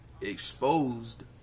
exposed